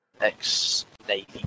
ex-navy